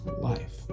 life